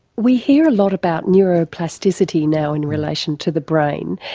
we hear a lot about neuro plasticity now in relation to the brain.